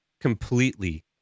completely